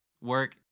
work